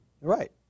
right